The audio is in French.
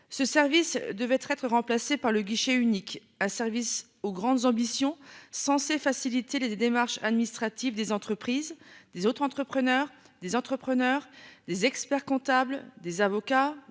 Ce service devait être être remplacé par le guichet unique ah service aux grandes ambitions censé faciliter les démarches administratives des entreprises des autres entrepreneur des entrepreneurs, des experts comptables des avocats